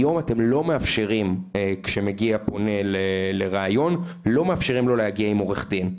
היום כשמגיע פונה לריאיון אתם לא מאפשרים לו להגיע עם עורך דין.